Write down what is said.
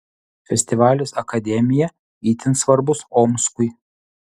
festivalis akademija itin svarbus omskui